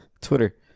Twitter